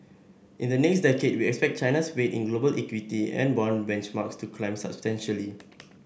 in the next decade we expect China's weight in global equity and bond benchmarks to climb substantially